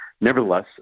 Nevertheless